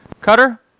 cutter